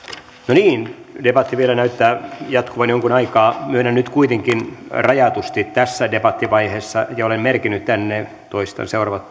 debatti näyttää jatkuvan jonkun aikaa myönnän nyt puheenvuoroja kuitenkin rajatusti tässä debattivaiheessa olen merkinnyt tänne ja toistan seuraavat